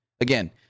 Again